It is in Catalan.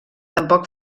tampoc